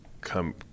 come